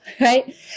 right